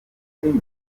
arimo